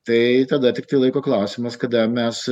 tai tada tiktai laiko klausimas kada mes